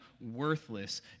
worthless